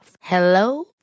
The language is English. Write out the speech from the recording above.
Hello